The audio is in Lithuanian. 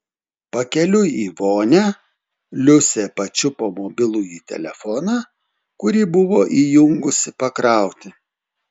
pakeliui į vonią liusė pačiupo mobilųjį telefoną kurį buvo įjungusi pakrauti